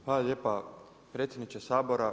Hvala lijepa predsjedniče Sabora.